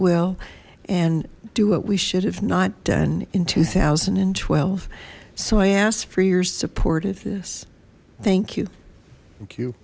will and do what we should have not done in two thousand and twelve so i asked for your support of this thank you thank you